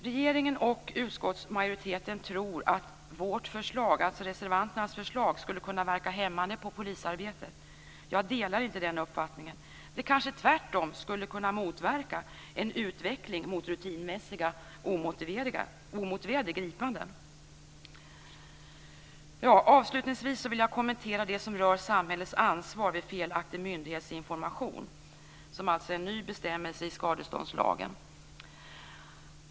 Regeringen och utskottsmajoriteten tror att vårt förslag, alltså reservanternas förslag, skulle kunna verka hämmande på polisarbetet. Jag delar inte den uppfattningen. Det kanske tvärtom skulle kunna motverka en utveckling mot rutinmässiga omotiverade gripanden. Avslutningsvis vill jag kommentera det som rör samhällets ansvar vid felaktig myndighetsinformation, som alltså är en ny bestämmelse i skadeståndslagen.